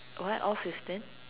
why off his turn